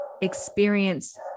experience